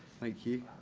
thank you.